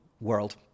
world